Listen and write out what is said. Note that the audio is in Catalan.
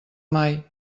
mai